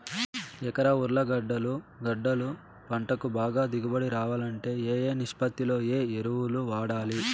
ఎకరా ఉర్లగడ్డలు గడ్డలు పంటకు బాగా దిగుబడి రావాలంటే ఏ ఏ నిష్పత్తిలో ఏ ఎరువులు వాడాలి?